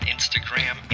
Instagram